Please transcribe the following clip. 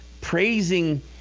praising